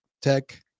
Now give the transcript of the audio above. Tech